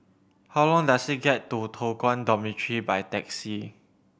how long does it get to Toh Guan Dormitory by taxi